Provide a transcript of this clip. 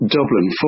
Dublin